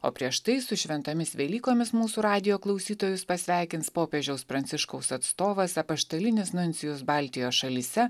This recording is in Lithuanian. o prieš tai su šventomis velykomis mūsų radijo klausytojus pasveikins popiežiaus pranciškaus atstovas apaštalinis nuncijus baltijos šalyse